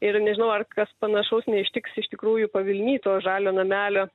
ir nežinau ar kas panašaus neištiks iš tikrųjų pavilny to žalio namelio